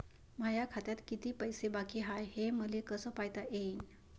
माया खात्यात किती पैसे बाकी हाय, हे मले कस पायता येईन?